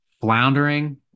floundering